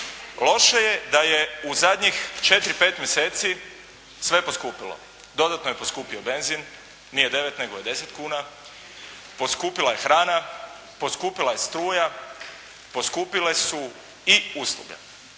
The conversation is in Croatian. loše je da je u zadnjih 4-5 mjeseci sve poskupilo. Dodatno je poskupio benzin, nije 9 nego je 10 kuna. Poskupila je hrana, poskupila je struja, poskupile su i usluge.